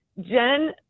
Jen